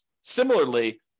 Similarly